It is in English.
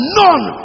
none